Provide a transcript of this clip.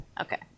Okay